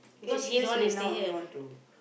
eight years already now only want to